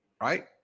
right